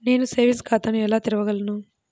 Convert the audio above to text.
నేను సేవింగ్స్ ఖాతాను ఎలా తెరవగలను?